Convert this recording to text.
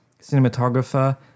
cinematographer